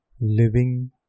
living